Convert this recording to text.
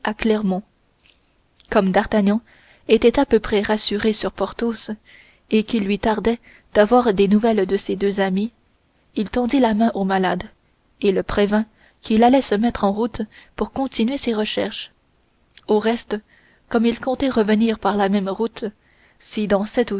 clermont comme d'artagnan était à peu près rassuré sur porthos et qu'il lui tardait d'avoir des nouvelles de ses deux autres amis il tendit la main au malade et le prévint qu'il allait se mettre en route pour continuer ses recherches au reste comme il comptait revenir par la même route si dans